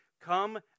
come